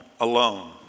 alone